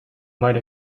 might